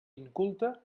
inculte